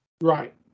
Right